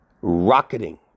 rocketing